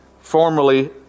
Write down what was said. formerly